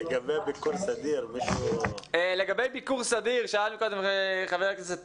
לגבי ביקור סדיר, שאל קודם חבר הכנסת טאהא.